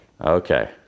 Okay